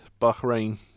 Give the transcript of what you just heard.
Bahrain